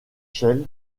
shell